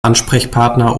ansprechpartner